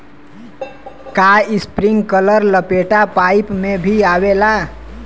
का इस्प्रिंकलर लपेटा पाइप में भी आवेला?